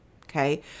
okay